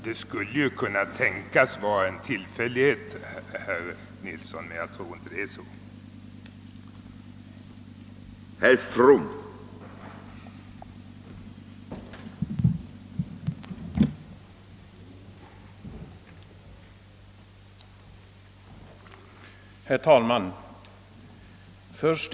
Det skulle kunna tänkas vara en tillfällighet, herr Nilsson, men jag tror inte att det är så.